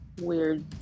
weird